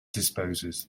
disposes